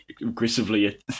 aggressively